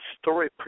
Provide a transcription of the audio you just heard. story